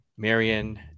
Marion